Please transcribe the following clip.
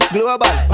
Global